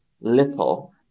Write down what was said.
little